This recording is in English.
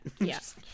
Yes